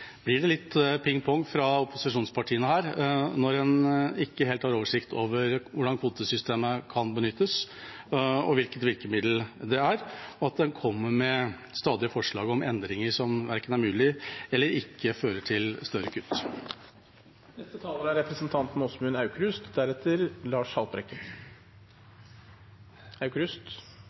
blir det litt pingpong fra opposisjonspartiene her når en ikke helt har oversikt over hvordan kvotesystemet kan benyttes og hvilket virkemiddel det er, og at en kommer med stadige forslag om endringer som verken er mulig eller fører til større